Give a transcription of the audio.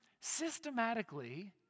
systematically